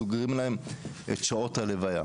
סוגרים להם את שעות הלוויה.